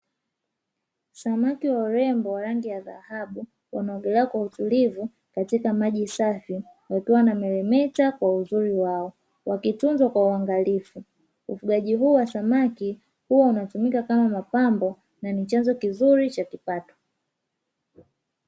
Samaki warembo wa rangi ya dhahabu, wanaogelea kwa utulivu katika maji safi, wakiwa wanameremeta kwa uzuri wao, wakitunzwa kwa uangalifu, ufugaji huu wa samaki huwa unatumika kama mapambo na ni chanzo kizuri cha kipato.